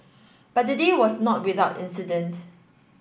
but the day was not without incident